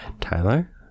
Tyler